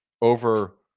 over